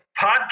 podcast